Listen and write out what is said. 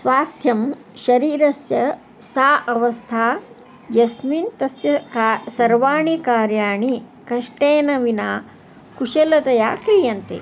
स्वास्थ्यं शरीरस्य सा अवस्था यस्मिन् तस्य का सर्वाणि कार्याणि कष्टेन विना कुशलतया क्रियन्ते